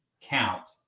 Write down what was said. count